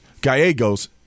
Gallegos